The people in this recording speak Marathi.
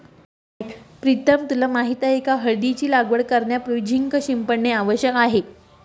प्रीतम तुला माहित आहे का हळदीची लागवड करण्यापूर्वी झिंक शिंपडणे आवश्यक आहे